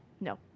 No